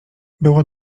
było